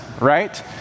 right